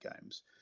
games